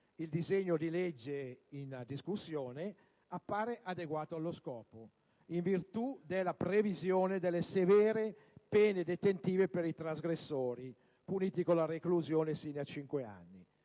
il disegno di legge in discussione appare adeguato allo scopo, in virtù della previsione delle severe pene detentive per i trasgressori, puniti con la reclusione sino a cinque